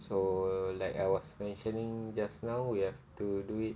so like I was mentioning just now we have to do it